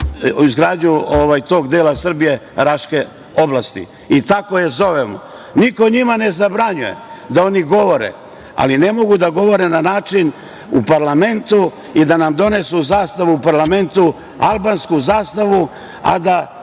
izgradnju tog dela Srbije, Raške oblasti i tako je zovemo. Niko njima ne zabranjuje da oni govore, ali ne mogu da govore na način u parlamentu i da nam donesu zastavu u parlamentu, albansku zastavu, a da